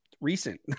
recent